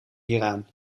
hieraan